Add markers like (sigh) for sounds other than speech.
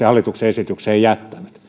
(unintelligible) hallituksen esitykseen jättänyt